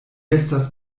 estas